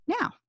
now